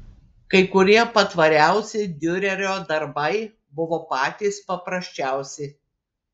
kai kurie patvariausi diurerio darbai buvo patys paprasčiausi